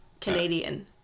Canadian